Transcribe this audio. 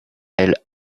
elle